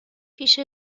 پیش